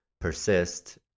persist